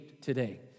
today